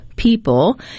people